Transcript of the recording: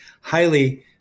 highly